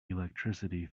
electricity